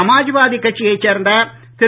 சமாஜவாதி கட்சியைச் சேர்ந்த திரு